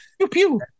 Pew-pew